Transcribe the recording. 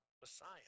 Messiah